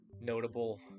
notable